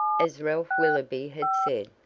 as ralph willoby had said,